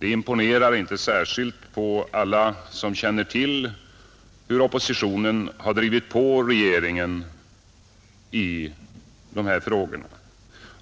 imponerar inte särskilt på alla som känner till hur oppositionen har drivit på regeringen i de här frågorna.